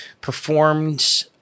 performed